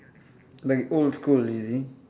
like old school you see